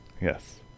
Yes